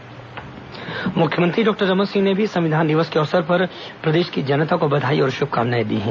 संविधान दिवस छत्तीसगढ़ मुख्यमंत्री डॉक्टर रमन सिंह ने भी संविधान दिवस के अवसर पर प्रदेश की जनता को बधाई और श्भकामनाएं दी है